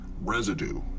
Residue